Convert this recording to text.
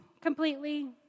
completely